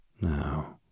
Now